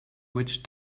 witch